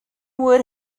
would